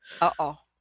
Uh-oh